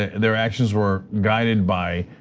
ah and their actions were guided by